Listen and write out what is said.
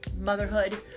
motherhood